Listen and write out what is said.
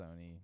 Sony